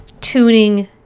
tuning